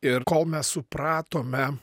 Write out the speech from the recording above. ir kol mes supratome